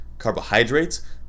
carbohydrates